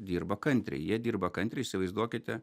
dirba kantriai jie dirba kantriai įsivaizduokite